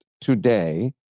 today